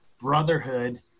brotherhood